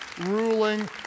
ruling